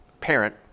parent